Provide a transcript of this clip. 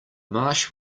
marsh